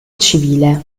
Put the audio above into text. civile